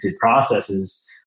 processes